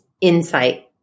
insight